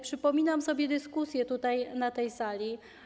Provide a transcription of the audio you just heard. Przypominam sobie dyskusję tutaj, na tej sali.